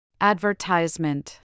Advertisement